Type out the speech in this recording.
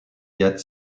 yet